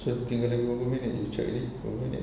so tinggal lagi berapa minit you cakap tadi berapa minit